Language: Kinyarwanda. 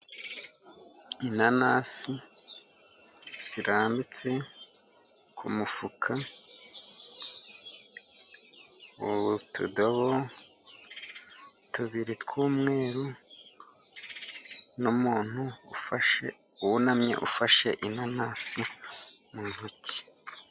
Inanasi zirambitse ku mufuka, utudobo tubiri tw'umweru n'umuntu wunamye, ufashe inanasi mu ntoki.